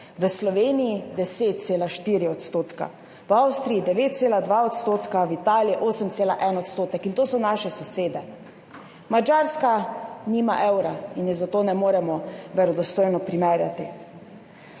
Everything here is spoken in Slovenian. v Sloveniji 10,4 %, v Avstriji 9,2 %, v Italiji 8,1 %. To so naše sosede. Madžarska nima evra in je zato ne moremo verodostojno primerjati.